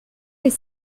des